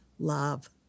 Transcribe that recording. Love